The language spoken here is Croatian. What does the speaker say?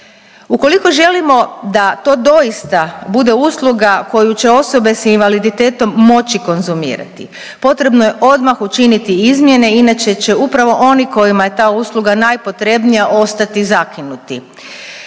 Ukoliko želimo da to doista bude usluga koju će osobe s invaliditetom moći konzumirati potrebno je odmah učiniti izmjene inače će upravo oni kojima je ta usluga najpotrebnija ostati zakinuti.